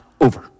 over